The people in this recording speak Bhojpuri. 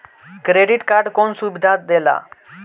क्रेडिट कार्ड कौन सुबिधा देला?